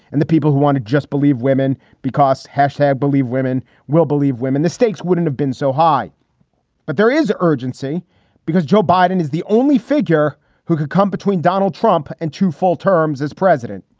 and the people who want to just believe women because hashtag believe women will believe women, the stakes wouldn't have been so high but there is urgency because joe biden is the only figure who could come between donald trump and two full terms as president.